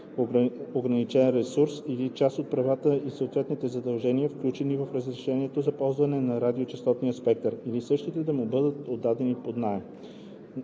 ограничен ресурс или част от правата и съответните задължения, включени в разрешение за ползване на радиочестотен спектър, или същият да му бъде отдаден под наем;